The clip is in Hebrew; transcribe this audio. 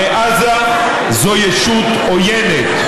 הרי עזה זו ישות עוינת,